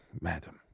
madam